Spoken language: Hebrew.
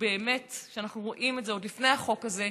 ואנחנו רואים את זה עוד לפני החוק הזה,